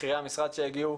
בכירי המשרד שהגיעו